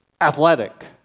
athletic